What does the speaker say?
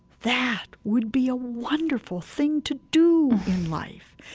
that would be a wonderful thing to do in life.